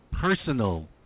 personal